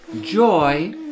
joy